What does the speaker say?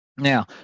Now